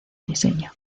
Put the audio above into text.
diseño